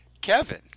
Kevin